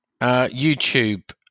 youtube